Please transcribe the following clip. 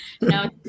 No